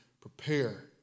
prepare